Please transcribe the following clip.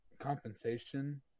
compensation